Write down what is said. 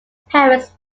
parents